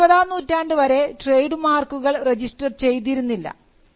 പത്തൊമ്പതാം നൂറ്റാണ്ടു വരെ ട്രേഡ് മാർക്കുകൾ trademarks രജിസ്റ്റർ ചെയ്തിരുന്നില്ല